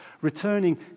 returning